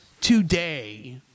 today